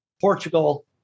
Portugal